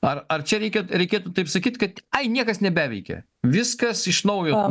ar ar čia reikia reikėtų taip sakyt kad niekas nebeveikia viskas iš naujo